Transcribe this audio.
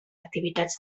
activitats